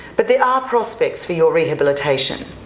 but there are prospects for your rehabilitation.